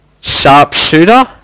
Sharpshooter